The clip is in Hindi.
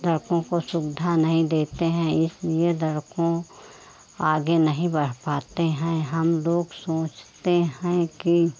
लड़कों को सुविधा नहीं देते हैं इसलिए लड़के आगे नहीं बढ़ पाते हैं हम लोग सोचते हैं कि